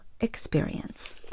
experience